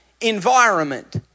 environment